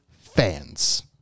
fans